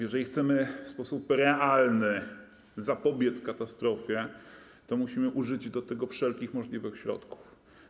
Jeżeli chcemy w sposób realny zapobiec katastrofie, to musimy użyć do tego wszelkich możliwych środków.